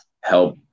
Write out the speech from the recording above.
help